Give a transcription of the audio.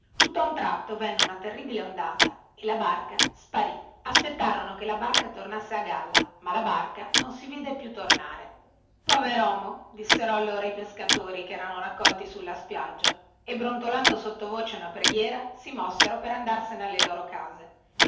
tutta un tratto venne una terribile ondata e la barca sparì aspettarono che la barca tornasse a galla ma la barca non si vide più tornare poveromo dissero allora i pescatori che erano raccolti sulla spiaggia e brontolando sottovoce una preghiera si mossero per tornarsene alle loro case